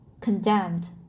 condemned